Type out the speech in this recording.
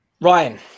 Ryan